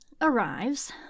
arrives